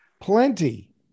plenty